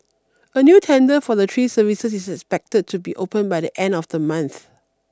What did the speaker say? a new tender for the three services is expected to be open by the end of the month